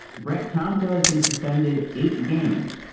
brent tomko has been suspended, eight games,